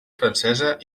francesa